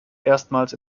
erstmals